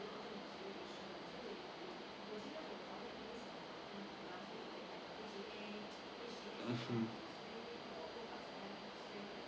mmhmm